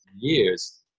years